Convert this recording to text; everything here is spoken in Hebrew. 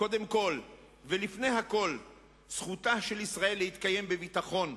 קודם כול ולפני הכול זכותה של ישראל להתקיים בביטחון,